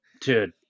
Dude